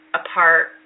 apart